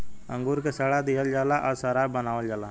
अंगूर के सड़ा दिहल जाला आ शराब बनावल जाला